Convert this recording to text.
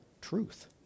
truth